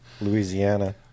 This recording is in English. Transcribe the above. Louisiana